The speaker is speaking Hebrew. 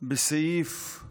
בסעיף,